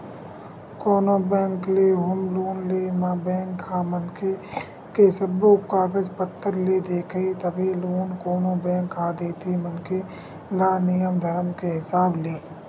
कोनो बेंक ले home loan ले म बेंक ह मनखे के सब्बो कागज पतर ल देखही तभे लोन कोनो बेंक ह देथे मनखे ल नियम धरम के हिसाब ले